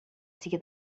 see